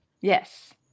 Yes